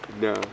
No